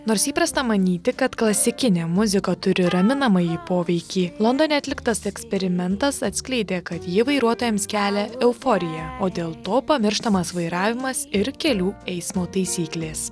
nors įprasta manyti kad klasikinė muzika turi raminamąjį poveikį londone atliktas eksperimentas atskleidė kad ji vairuotojams kelia euforiją o dėl to pamirštamas vairavimas ir kelių eismo taisyklės